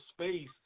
space